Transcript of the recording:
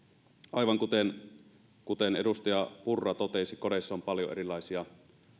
aivan kuten kuten edustaja purra totesi kodeissa on paljon erilaisia